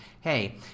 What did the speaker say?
hey